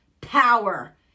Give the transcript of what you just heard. Power